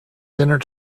dinner